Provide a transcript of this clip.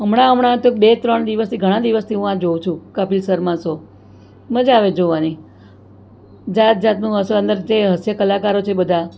હમણાં હમણાં તો બે ત્રણ દિવસથી ઘણા દિવસથી હું આ જોવું છું કપિલ શર્મા શો મજા આવે જોવાની જાતજાતનું હસવું અંદર જે હાસ્ય કલાકારો છે જે બધા